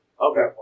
okay